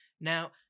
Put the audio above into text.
Now